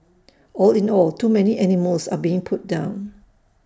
all in all too many animals are being put down